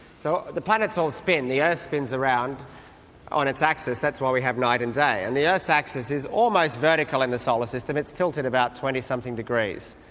so the planets all spin, the earth spins around on its axis, that's why we have night and day, and the earth's axis is almost vertical in the solar system, it's tilted about twenty something degrees.